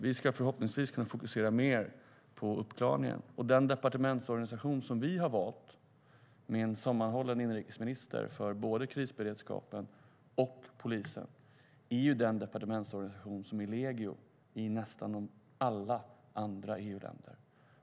Vi ska förhoppningsvis kunna fokusera mer på uppklaringen. Den departementsorganisation som vi har valt med en inrikesminister för både krisberedskapen och polisen är den departementsorganisation som är vanligast i nästan alla andra EU-länder.